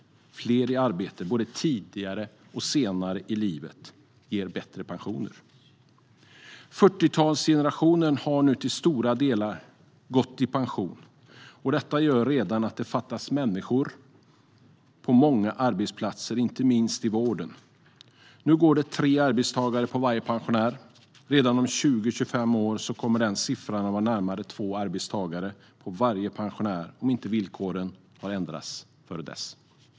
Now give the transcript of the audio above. Fler i arbete både tidigare och senare i livet ger bättre pensioner. 40-talsgenerationen har nu till stora delar gått i pension, och det gör att det redan fattas människor på många arbetsplatser, inte minst i vården. Nu går det tre arbetstagare på varje pensionär. Redan om 20-25 år kommer den siffran att vara närmare två arbetstagare på varje pensionär, om inte villkoren ändras innan dess.